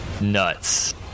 nuts